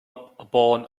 upon